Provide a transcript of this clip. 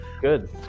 good